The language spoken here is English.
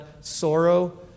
sorrow